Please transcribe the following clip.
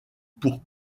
pour